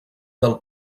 del